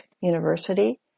University